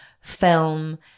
film